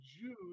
Jude